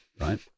right